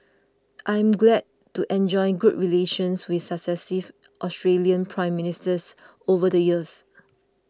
I am glad to enjoyed good relations with successive Australian Prime Ministers over the years